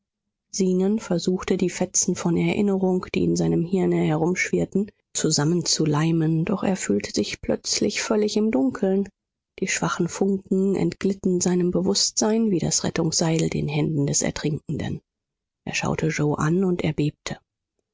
zenon versuchte die fetzen von erinnerung die in seinem hirne herumschwirrten zusammenzuleimen doch er fühlte sich plötzlich völlig im dunkeln die schwachen funken entglitten seinem bewußtsein wie das rettungsseil den händen des ertrinkenden er schaute yoe an und erbebte